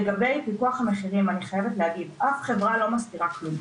לגבי פיקוח המחירים אני חייבת להגיד שאף חברה לא מסתירה כלום.